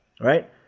Right